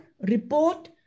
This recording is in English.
report